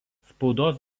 spaudos